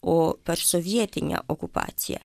o per sovietinę okupaciją